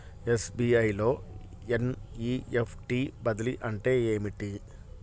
SBI లో NEFT బదిలీ అంటే ఏమిటి?